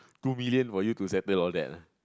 two million for you to settle all that ah